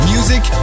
Music